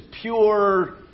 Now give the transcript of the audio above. pure